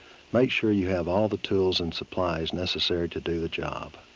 make sure you have all the tools and supplies necessary to do the job.